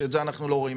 שאת זה אנחנו לא רואים.